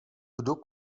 kdo